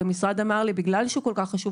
המשרד אמר לי שבגלל שהוא כל כך חשוב,